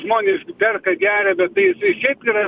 žmonės perka geria bet tai jisai šiaip yra